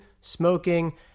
smoking